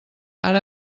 ara